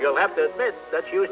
you'll have to admit that you